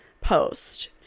post